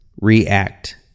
react